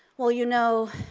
well you know,